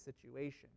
situation